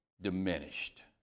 diminished